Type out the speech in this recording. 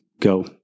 Go